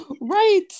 right